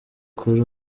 kuri